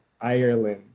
Ireland